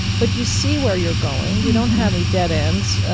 but you see where you're going. you don't have any dead ends.